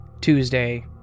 Tuesday